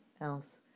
else